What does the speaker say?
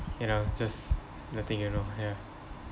you know just the thing you know ya